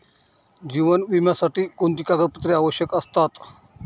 जीवन विम्यासाठी कोणती कागदपत्रे आवश्यक असतात?